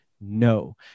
No